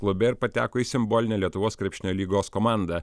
klube ir pateko į simbolinę lietuvos krepšinio lygos komandą